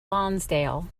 lonsdale